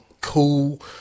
cool